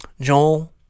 joel